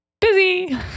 busy